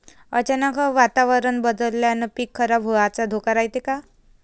अचानक वातावरण बदलल्यानं पीक खराब व्हाचा धोका रायते का?